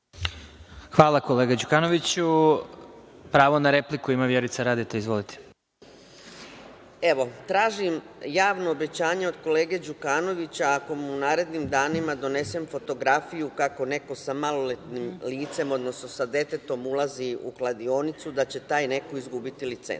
Hvala, kolega Đukanoviću. Pravo na repliku ima Vjerica Radeta. Izvolite. **Vjerica Radeta** Tražim javno obećanje od kolege Đukanovića, ako mu naredim da mi donese fotografiju kako neko sa maloletnim licem, odnosno sa detetom ulazi u kladionicu, da će taj neko izgubiti licencu.